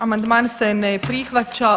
Amandman se ne prihvaća.